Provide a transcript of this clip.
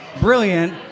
brilliant